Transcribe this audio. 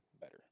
better